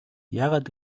яагаад